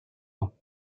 ans